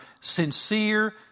Sincere